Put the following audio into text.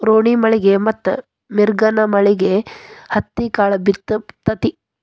ರೋಣಿಮಳಿ ಮತ್ತ ಮಿರ್ಗನಮಳಿಗೆ ಹತ್ತಿಕಾಳ ಬಿತ್ತು ತತಿ